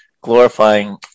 glorifying